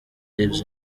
lives